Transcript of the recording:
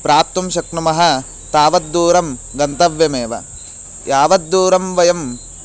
प्राप्तुं शक्नुमः तावद्दूरं गन्तव्यमेव यावद्दूरं वयं